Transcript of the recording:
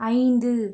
ஐந்து